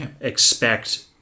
expect